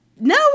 No